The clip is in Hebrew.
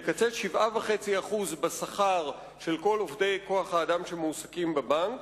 לקצץ 7.5% בשכר של כל עובדי כוח-האדם שמועסקים בבנק